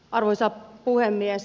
arvoisa puhemies